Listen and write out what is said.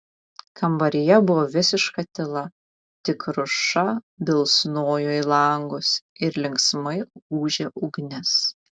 kambaryje buvo visiška tyla tik kruša bilsnojo į langus ir linksmai ūžė ugnis